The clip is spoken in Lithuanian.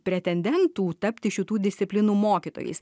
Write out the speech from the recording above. pretendentų tapti šitų disciplinų mokytojais